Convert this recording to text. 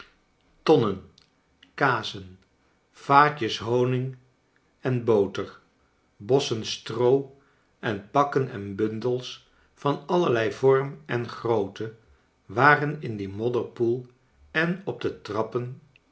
tonnen kazen vaatjes honig en boter bos sen stroo en pakken en bundels van allerlei vorm en grootte waren in dien modderpoel en op de trappen